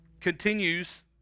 continues